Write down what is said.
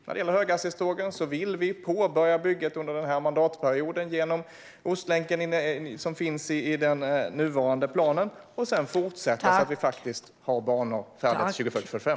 När det gäller höghastighetstågen vill vi påbörja bygget under denna mandatperiod genom Ostlänken, som finns i den nuvarande planen, och sedan fortsätta så att vi har banor färdiga till 2040-2045.